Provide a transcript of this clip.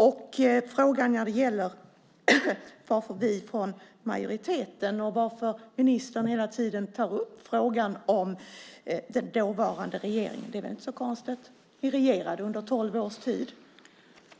Det är väl inte så konstigt varför vi i majoriteten och ministern tar upp frågan om den dåvarande regeringen. Ni regerade under tolv års tid.